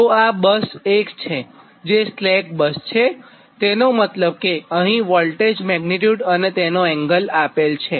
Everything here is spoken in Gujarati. તો આ બસ 1 છે જે સ્લેક બસ છે તેનો મતલબ કે અહીં વોલ્ટેજ મેગ્નીટ્યુડ અને તેનો એંગલ આપેલ છે